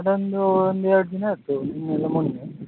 ಅದೊಂದು ಒಂದು ಎರ್ಡು ದಿನ ಆಯಿತು ನಿನ್ನೆ ಅಲ್ಲ ಮೊನ್ನೆ